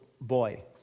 boy